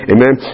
Amen